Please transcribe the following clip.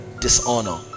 dishonor